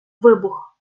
вибух